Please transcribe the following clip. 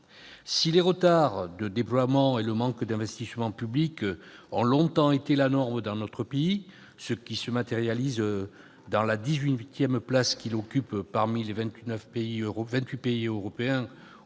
Si les retards de déploiement et le manque d'investissement public ont longtemps été la norme dans notre pays- ce qui se matérialise par la dix-huitième place qu'il occupe parmi les vingt-huit pays européens